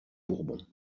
bourbons